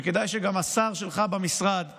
שכדאי שגם השר שלך במשרד יכיר?